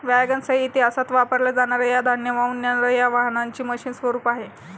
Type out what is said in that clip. wagons हे इतिहासात वापरल्या जाणार या धान्य वाहून नेणार या वाहनांचे मशीन स्वरूप आहे